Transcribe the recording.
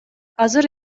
азыр